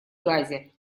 газе